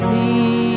See